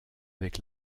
avec